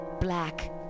black